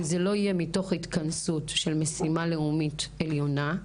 אם זה לא יהיה מתוך התכנסות של משימה לאומית עליונה,